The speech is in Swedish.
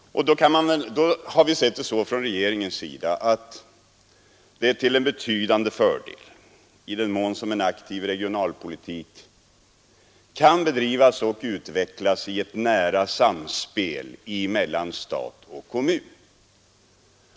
Regeringen har sett det som en betydande fördel i den mån en aktiv regionalpolitik kan bedrivas och utvecklas i nära samspel mellan stat och kommun.